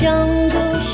Jungle